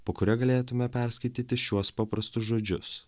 po kurio galėtume perskaityti šiuos paprastus žodžius